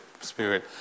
Spirit